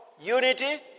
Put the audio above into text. Unity